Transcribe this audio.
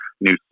new